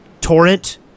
torrent